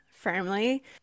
firmly